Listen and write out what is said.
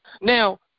Now